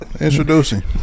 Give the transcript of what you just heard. Introducing